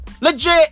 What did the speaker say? Legit